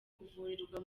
kuvurirwa